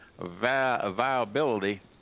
viability